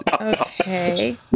Okay